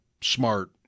smart